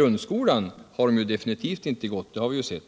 ju sett att det definitivt inte gått till grundskolan.